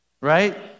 right